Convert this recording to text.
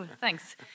thanks